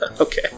Okay